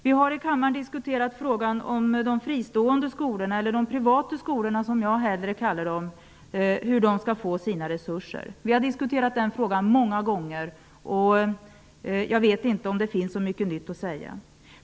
Vi har i kammaren diskuterat frågan om hur de fristående skolorna -- eller de privata skolorna, som jag hellre kallar dem -- skall få sina resurser. Vi har diskuterat den frågan många gånger, och jag vet inte om det finns så mycket nytt att säga.